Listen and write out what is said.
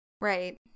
right